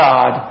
God